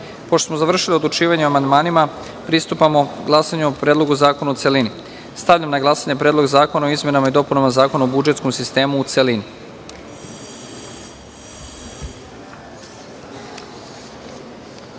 smo završili odlučivanje o amandmanima, pristupamo glasanju o Predlogu zakona u celini. Stavljam na glasanje Predlog zakona o izmenama i dopunama Zakona o budžetskom sistemu, u celini. Molim